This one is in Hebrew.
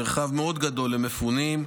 מרחב מאוד גדול למפונים.